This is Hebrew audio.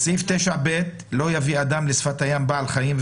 בסעיף 9(ב): לא יביא אדם לשפת הים בעל חיים,